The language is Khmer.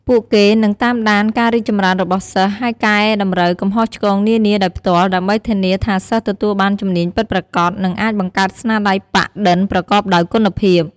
ពួកគេនឹង តាមដាន ការរីកចម្រើនរបស់សិស្ស ហើយកែតម្រូវកំហុសឆ្គងនានាដោយផ្ទាល់ ដើម្បីធានាថាសិស្សទទួលបានជំនាញពិតប្រាកដ និងអាចបង្កើតស្នាដៃប៉ាក់-ឌិនប្រកបដោយគុណភាព។